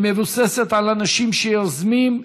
היא מבוססת על אנשים שיוזמים,